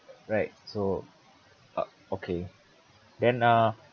right so uh okay then uh